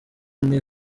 nti